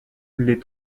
les